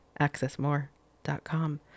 accessmore.com